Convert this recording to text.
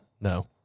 No